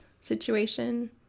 situation